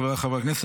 חבריי חברי הכנסת,